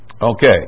Okay